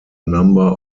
number